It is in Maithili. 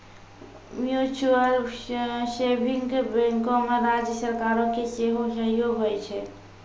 म्यूचुअल सेभिंग बैंको मे राज्य सरकारो के सेहो सहयोग होय छै